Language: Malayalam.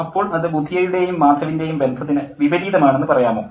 അപ്പോൾ അത് ബുധിയയുടേയും മാധവിൻ്റേയും ബന്ധത്തിന് വിപരീതമാണെന്ന് പറയാമോ